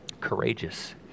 courageous